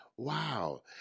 wow